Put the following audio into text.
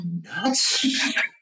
nuts